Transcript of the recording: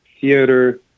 theater